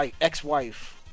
ex-wife